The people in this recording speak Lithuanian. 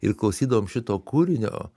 ir klausydavom šito kūrinio